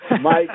Mike